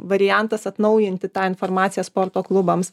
variantas atnaujinti tą informaciją sporto klubams